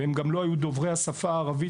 והם גם לא היו דוברי השפה הערבית,